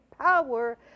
power